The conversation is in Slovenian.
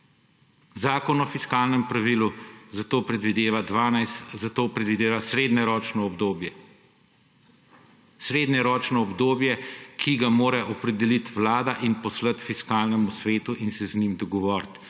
Zakon o fiskalnem pravilu za to predvideva srednjeročno obdobje; srednjeročno obdobje, ki ga mora opredeliti Vlada in poslati Fiskalnemu svetu in se z njim dogovoriti,